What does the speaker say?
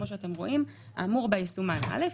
האמור ביישומן א,